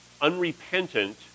unrepentant